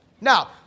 now